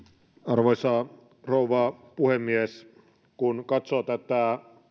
arvoisa rouva puhemies kun katsoo tätä